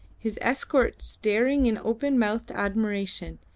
his escort staring in open-mouthed admiration,